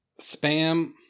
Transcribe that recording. Spam